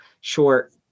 short